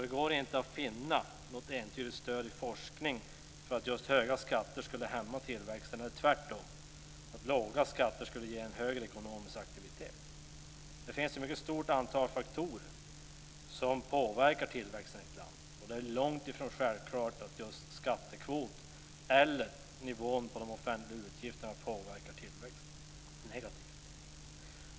Det går inte att finna något entydigt stöd i forskningen för att just höga skatter skulle hämma tillväxten eller tvärtom att låga skatter skulle ge en större ekonomisk aktivitet. Det finns ett mycket stort antal faktorer som påverkar tillväxten i ett land, och det är långt ifrån självklart att just skattekvoten eller nivån på de offentliga utgifterna påverkar tillväxten negativt.